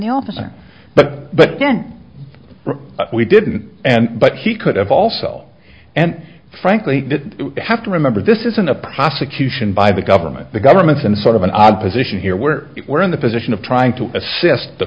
the officer but but then we didn't and but he could have also and frankly have to remember this isn't a prosecution by the government the government is in a sort of an odd position here where we're in the position of trying to assist the